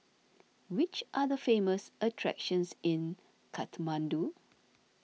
which are the famous attractions in Kathmandu